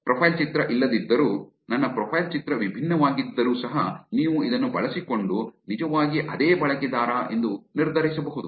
profile ಚಿತ್ರ ಇಲ್ಲದಿದ್ದರೂ ನನ್ನ ಪ್ರೊಫೈಲ್ ಚಿತ್ರ ವಿಭಿನ್ನವಾಗಿದ್ದರೂ ಸಹ ನೀವು ಇದನ್ನು ಬಳಸಿಕೊಂಡು ನಿಜವಾಗಿ ಅದೇ ಬಳಕೆದಾರ ಎಂದು ನಿರ್ಧರಿಸಬಹುದು